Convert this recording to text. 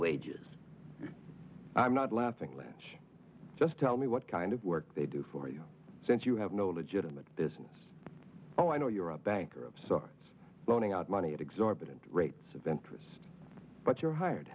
wages i'm not laughing lanch just tell me what kind of work they do for you since you have no legitimate business oh i know you're a banker of sorts loaning out money at exorbitant rates of interest but your hired